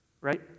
right